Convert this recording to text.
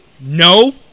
no